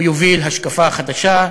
הוא יוביל השקפה חדשה,